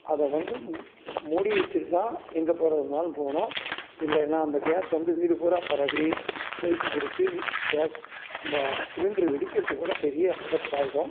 அதை வந்து மூ மூடி வச்சுட்டு தான் எங்கே போகிறதா இருந்தாலும் போகணும் இல்லைனா அந்த கேஸ் வந்து வீடு பூராக பரவி நெருப்பு பிடிச்சி கேஸ் அந்த சிலிண்டரு வெடிக்கிறதுக்கு கூட பெரிய ஆபத்தாகிடும்